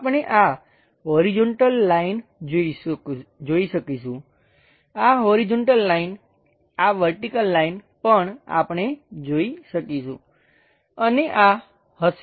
આપણે આ horizontal line જોઈ શકીશું આ હોરીઝોંટલ લાઈન આ વર્ટિકલ લાઈન પણ આપણે જોઈ શકીશું અને આ હશે